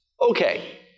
okay